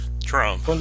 Trump